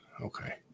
Okay